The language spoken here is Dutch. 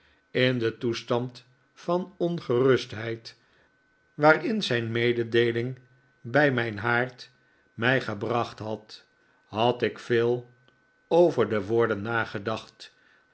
in den toestand van ongerustheid waarin zijn mededeeling bij mijn haard mij gebracht had had ik veel over de woorden